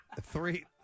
Three